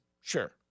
Sure